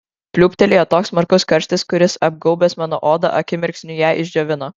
pliūptelėjo toks smarkus karštis kuris apgaubęs mano odą akimirksniu ją išdžiovino